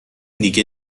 دیگه